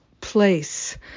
place